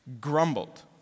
grumbled